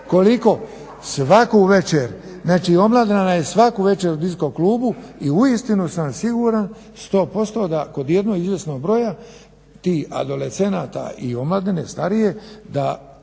koliko, svaku večer, znači omladina je svaku večer u disko klubu i uistinu sam siguran 100% da kod jednog izvjesnog broja tih adolescenata i omladine starije da